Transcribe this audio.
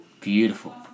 Beautiful